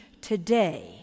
today